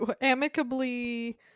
amicably